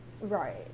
Right